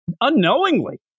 unknowingly